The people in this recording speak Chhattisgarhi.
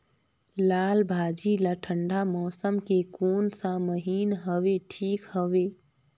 लालभाजी ला ठंडा मौसम के कोन सा महीन हवे ठीक हवे?